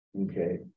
okay